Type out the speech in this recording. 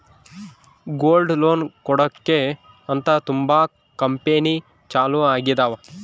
gold loan ಕೊಡಕ್ಕೆ ಅಂತ ತುಂಬಾ ಕಂಪೆನಿ ಚಾಲೂ ಆಗಿದಾವ